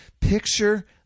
picture